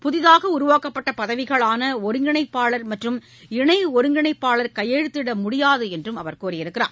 புதிதாக உருவாக்கப்பட்ட பதவிகளான ஒருங்கிணைப்பாளர் மற்றும் இணை ஒருங்கிணைப்பாளர் கையெழுத்திட முடியாது என்றும் தெரிவித்துள்ளார்